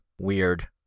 weird